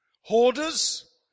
Hoarders